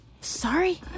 Sorry